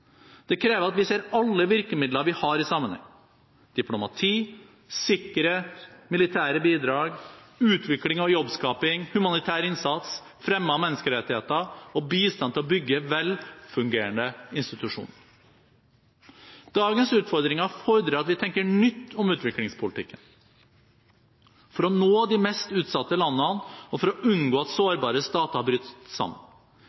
Det krever av vi ser alle virkemidlene vi har, i sammenheng: diplomati, sikkerhet, militære bidrag, utvikling og jobbskaping, humanitær innsats, fremme av menneskerettigheter og bistand til å bygge vel fungerende institusjoner. Dagens utfordringer fordrer at vi tenker nytt om utviklingspolitikken for å nå de mest utsatte landene og for å unngå at sårbare stater bryter sammen